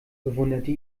bewunderte